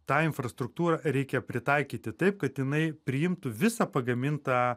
tą infrastruktūrą reikia pritaikyti taip kad jinai priimtų visą pagamintą